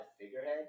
figurehead